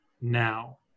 now